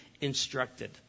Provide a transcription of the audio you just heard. instructed